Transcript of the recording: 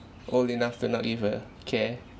old enough to not give a care